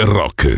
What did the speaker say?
rock